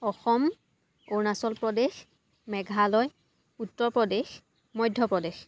Assam Arunachal Pradesh Meghalaya Uttar Pradesh Madhya Pradesh